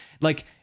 Like-